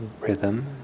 rhythm